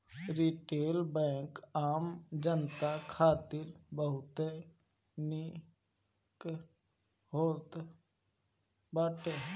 retail bank आम जनता खातिर बहुते निक होत बाटे